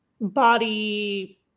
body